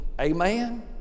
Amen